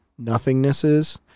nothingnesses